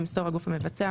ימסור הגוף המבצע,